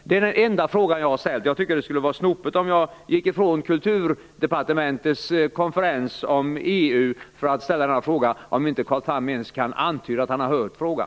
Det är den enda fråga jag har ställt. Jag tycker att det skulle vara snopet om jag gick ifrån Kulturdepartementets konferens om EU för att ställa denna fråga och Carl Tham inte ens kan antyda att han har hört frågan.